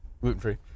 Gluten-free